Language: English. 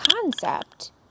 concept